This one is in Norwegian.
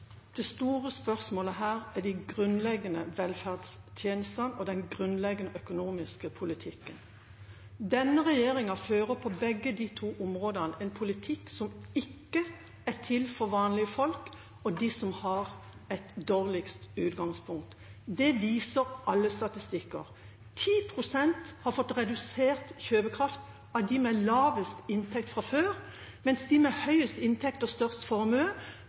Det store spørsmålet her er de grunnleggende velferdstjenestene og den grunnleggende økonomiske politikken. Denne regjeringa fører på begge disse to områdene en politikk som ikke er til for vanlig folk og de som har et dårligst utgangspunkt. Det viser alle statistikker. 10 pst. av dem med lavest inntekt fra før har fått redusert kjøpekraft, mens de med høyest inntekt og størst formue